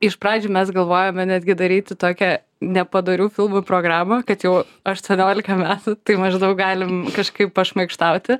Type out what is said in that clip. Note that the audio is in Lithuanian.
iš pradžių mes galvojome netgi daryti tokią nepadorių filmų programą kad jau aštuoniolika metų tai maždaug galim kažkaip pašmaikštauti